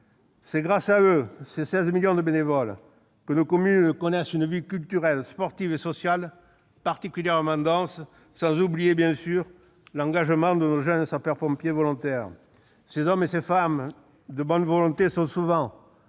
C'est grâce à ces 16 millions de bénévoles que nos communes connaissent une vie culturelle, sportive et sociale particulièrement dense ; sans oublier, bien sûr, l'engagement de nos jeunes sapeurs-pompiers volontaires. Ces hommes et ces femmes de bonne volonté sont souvent,